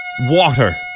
Water